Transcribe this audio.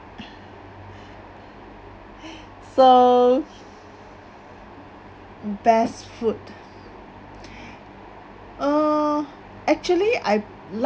so best food uh actually I like